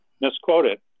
misquoted